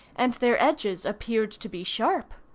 and their edges appeared to be sharp.